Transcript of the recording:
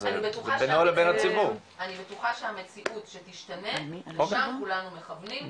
אני בטוחה שהמציאות שתשתנה, לשם כולנו מכוונים.